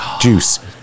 juice